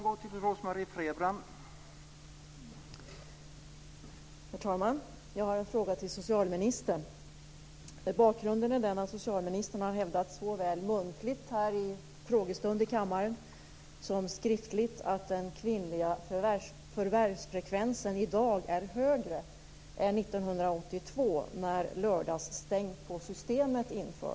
Låt mig dessutom göra en liten reflexion. Bland de storföretagsledare som uttalade sig fanns några företrädare för banksektorn.